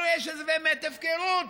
הרי שזו באמת הפקרות.